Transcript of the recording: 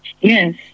yes